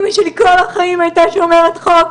אמא שלי כל החיים הייתה שומרת חוק,